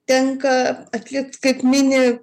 tenka atlikt kaip mini